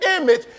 image